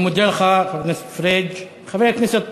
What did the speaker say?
אני מודה לך, חבר הכנסת פריג'.